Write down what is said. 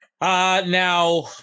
Now